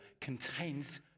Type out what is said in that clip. contains